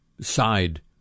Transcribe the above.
side